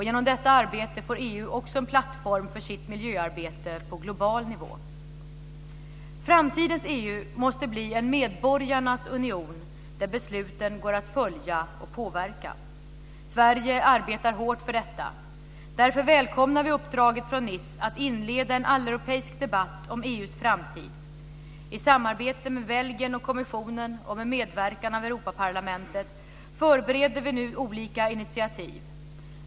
Genom detta arbete får EU också en plattform för sitt miljöarbete på global nivå. Framtidens EU måste bli en medborgarnas union, där besluten går att följa och påverka. Sverige arbetar hårt för detta. Därför välkomnar vi uppdraget från Nice att inleda en alleuropeisk debatt om EU:s framtid. I samarbete med Belgien och kommissionen, och med medverkan av Europaparlamentet, förbereder vi nu olika initiativ.